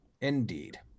Indeed